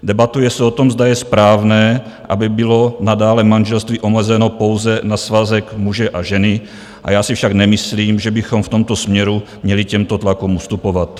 Debatuje se o tom, zda je správné, aby bylo nadále manželství omezeno pouze na svazek muže a ženy, a já si však nemyslím, že bychom v tomto směru měli těmto tlakům ustupovat.